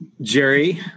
jerry